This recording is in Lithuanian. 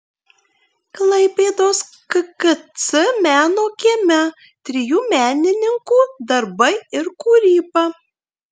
klaipėdos kkc meno kieme trijų menininkų darbai ir kūryba